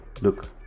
Look